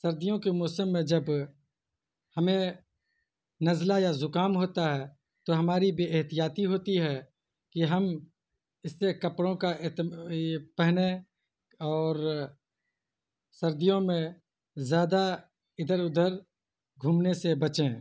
سردیوں کے موسم میں جب ہمیں نزلہ یا زکام ہوتا ہے تو ہماری بے احتیاطی ہوتی ہے کہ ہم اس سے کپڑوں کا پہنیں اور سردیوں میں زیادہ ادھر ادھر گھومنے سے بچیں